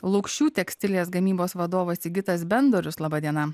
lukšių tekstilės gamybos vadovas sigitas bendorius laba diena